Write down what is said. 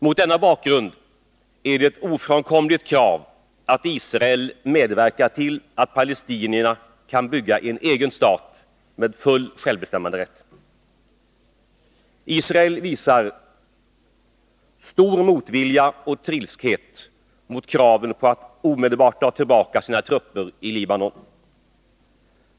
Mot denna bakgrund är det ett ofrånkomligt krav att Israel medverkar till att palestinierna kan bygga en egen stat med full självbestämmanderätt. Israel visar stor motvilja och trilskhet mot kraven på att omedelbart dra tillbaka sina trupper i Libanon.